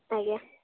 ଆଜ୍ଞା